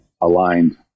aligned